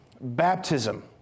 Baptism